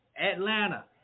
Atlanta